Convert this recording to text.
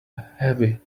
heavy